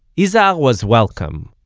izhar was welcome,